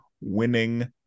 winning